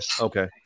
okay